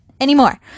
anymore